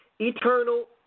eternal